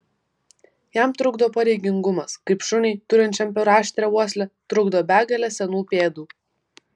jam trukdo pareigingumas kaip šuniui turinčiam per aštrią uoslę trukdo begalė senų pėdų